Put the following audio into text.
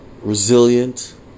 resilient